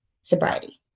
sobriety